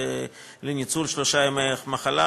ולניצול שלושה ימי מחלה,